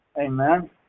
Amen